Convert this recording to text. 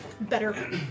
better